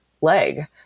leg